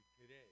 today